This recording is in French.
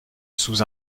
sous